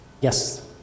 Yes